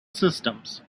systems